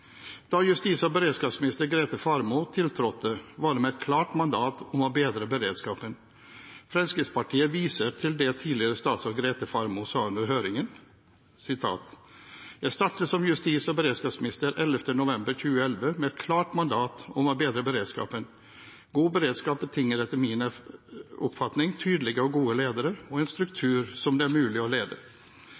Da justis- og beredskapsminister Grete Faremo tiltrådte, var det med et klart mandat om å bedre beredskapen. Fremskrittspartiet viser til det tidligere statsråd Grete Faremo sa under høringen: «Jeg startet som justis- og beredskapsminister 11. november 2011 med et klart mandat om å bedre beredskapen. God beredskap betinger etter min oppfatning tydelige og gode ledere og en struktur som det er mulig å lede.